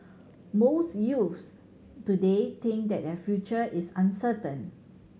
most youths today think that their future is uncertain